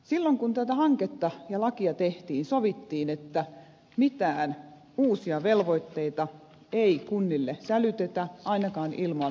silloin kun tätä hanketta ja lakia tehtiin sovittiin että mitään uusia velvoitteita ei kunnille sälytetä ainakaan ilman rahoitusta